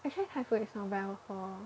actually Thai food is not bad also